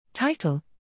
Title